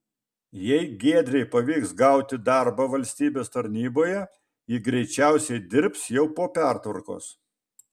jei giedrei pavyks gauti darbą valstybės tarnyboje ji greičiausiai dirbs jau po pertvarkos